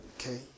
Okay